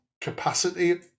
capacity